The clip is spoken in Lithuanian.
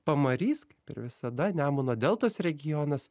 pamarys kaip ir visada nemuno deltos regionas